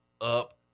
up